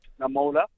Namola